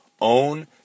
own